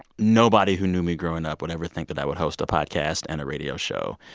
nobody who knew me growing up would ever think that i would host a podcast and a radio show.